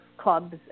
Clubs